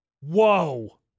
whoa